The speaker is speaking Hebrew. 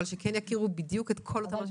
אבל שכן יכירו בדיוק את כל אותם אנשים שצריך להכיר.